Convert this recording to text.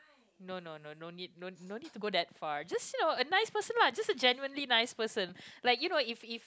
no no no no need no no need to go that far just say a nice person what just a genuinely nice person like you know if if